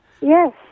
yes